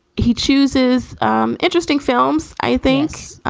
he chooses um interesting films, i think.